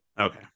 Okay